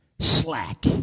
Slack